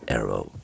Arrow